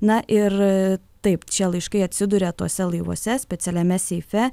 na ir taip čia laiškai atsiduria tuose laivuose specialiame seife